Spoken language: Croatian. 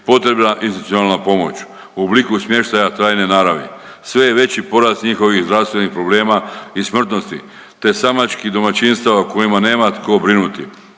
potrebna institucionalna pomoć u obliku smještaja trajne naravi. Sve je veći porast njihovih zdravstvenih problema i smrtnosti, te samačkih domaćinstava o kojima nema tko brinuti.